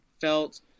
felt